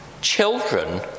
Children